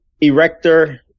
Erector